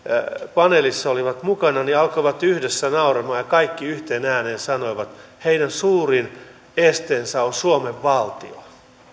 paneelissa olivat mukana alkoivat yhdessä nauramaan ja kaikki yhteen ääneen sanoivat heidän suurin esteensä on suomen valtio